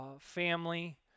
family